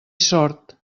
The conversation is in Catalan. sord